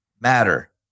matter